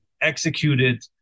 executed